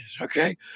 okay